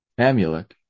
Amulek